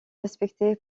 respecté